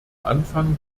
anfang